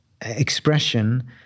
expression